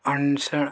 अणसर